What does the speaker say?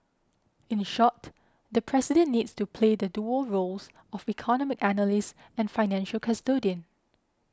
in short the President needs to play the dual roles of economic analyst and financial custodian